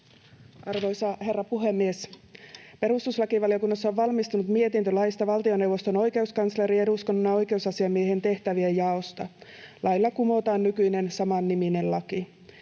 Arvoisa herra puhemies! Perustuslakivaliokunnassa on valmistunut mietintö laista valtioneuvoston oikeuskanslerin ja eduskunnan oikeusasiamiehen tehtävien jaosta. Lailla kumotaan nykyinen samanniminen laki.